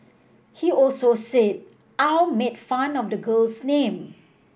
he also said Au made fun of the girl's name